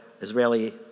Israeli